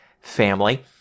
family